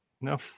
No